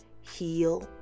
heal